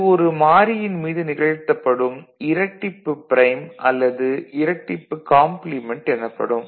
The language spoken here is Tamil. இது ஒரு மாறியின் மீது நிகழ்த்தப்படும் இரட்டிப்பு ப்ரைம் அல்லது இரட்டிப்பு காம்ப்ளிமெண்ட் எனப்படும்